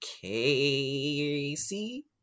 Casey